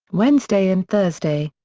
wednesday and thursday.